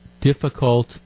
difficult